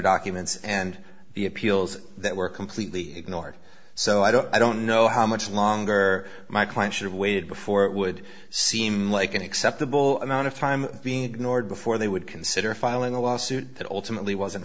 documents and the appeals that were completely ignored so i don't i don't know how much longer my client should've waited before it would seem like an acceptable amount of time being ignored before they would consider filing a lawsuit that ultimately wasn't